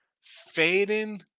Fading